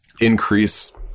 increase